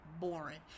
boring